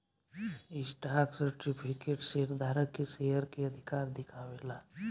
stock certificate share धारक के शेयर के अधिकार दिखावे ला